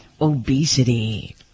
obesity